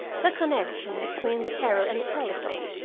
the connection between the terror and the telephone.